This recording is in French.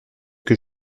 que